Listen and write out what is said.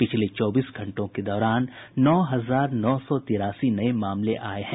पिछले चौबीस घंटों के दौरान नौ हजार नौ सौ तिरासी नये मामले आए है